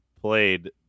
played